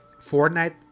Fortnite